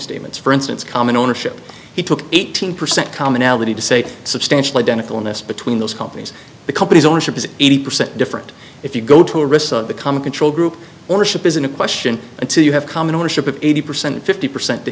statements for instance common ownership he took eighteen percent commonality to say substantial identicalness between those companies the company's ownership is eighty percent different if you go to risk become a control group ownership isn't a question until you have common ownership of eighty percent fifty percent